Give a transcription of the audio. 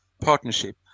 partnership